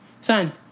son